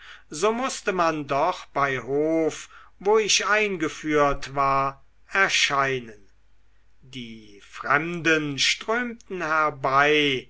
so mußte man doch bei hof wo ich eingeführt war erscheinen die fremden strömten herbei